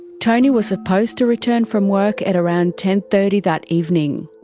tony was supposed to return from work at around ten thirty that evening.